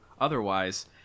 otherwise